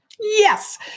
Yes